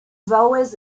vaouez